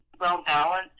well-balanced